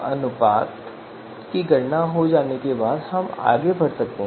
तो जैसा कि आप यहाँ हर में देख सकते हैं हमारे पास वर्गमूल है तो योग a1 से n तक है